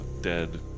dead